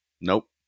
nope